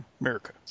America